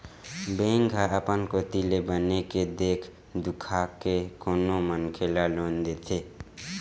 bank ह अपन कोती ले बने के देख दुखा के कोनो मनखे ल लोन देथे